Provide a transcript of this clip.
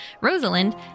Rosalind